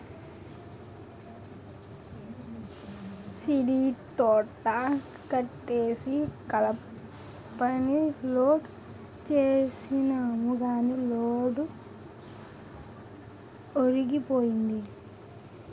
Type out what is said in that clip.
సీడీతోట కొట్టేసి కలపని లోడ్ సేసినాము గాని లోడు ఒరిగిపోయింది